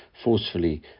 Forcefully